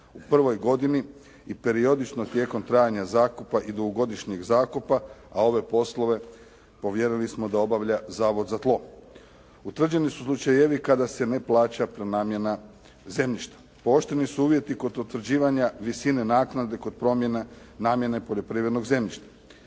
u prvoj godini i periodično, tijekom trajanja zakupa i dugogodišnjeg zakupa, a ove poslove povjerili smo da obavlja Zavod za tlo. Utvrđeni su slučajevi kada se ne plaća prenamjena zemljišta. Pooštreni su uvjeti kod utvrđivanja visine naknade kod promjene namjene poljoprivrednog zemljišta.